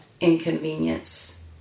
inconvenience